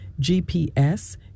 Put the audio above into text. GPS